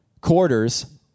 quarters